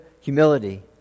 humility